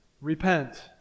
repent